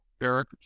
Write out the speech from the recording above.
eric